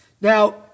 Now